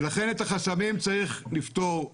לכן את החסמים צריך לפתור.